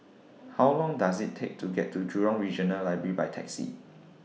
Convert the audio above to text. How Long Does IT Take to get to Jurong Regional Library By Taxi